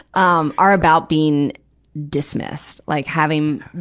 um or about being dismissed. like having,